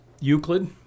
Euclid